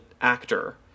actor